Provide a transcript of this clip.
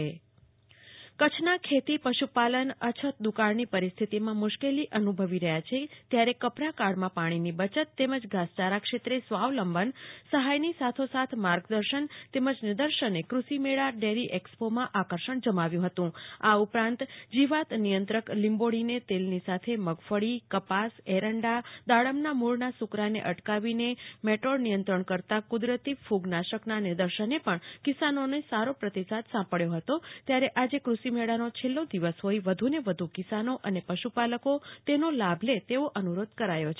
કલ્પના શાહ્ કરછના ખેતી પશુપાલન અછત દુકાણની પરિસ્થિતિમાં મુશ્કેલી અનુભવી રહ્યા છે ત્યારે કપરા કાળમાં પાણીની બચત તેમજ ધાસચારા ક્ષેત્રે સ્વાલંબન સહાયની સાથોસાથ માર્ગદર્શન તેમજ નિર્દશને કૃષિમેળા ડેરી એક્સ્પોમાં આકર્ષ્ય જમાવ્યું હતું આ ઉપરાંત જીવાત નિયંત્રક લીંબોળી ના તેલની સાથે મગફળી કપાસએરંડાદાડમના મૂળના સુકારને અટકાવીને મેટોક નિયત્રણ કરતા કુદરતી કૂગનાશકનાં નિદર્શનને પણ કિશાનો નો સારો પ્રતિસાદ સાંપડ્યો હતો ત્યારે આજે કૃષિમેળાનો છેલો દિવસ હોઈ વધુને વધુ કિશાનો અને પશુપાલકો ને તેનો લાભ લેવા અનુરોધ કરાયો છે